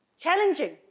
Challenging